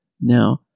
Now